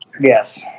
Yes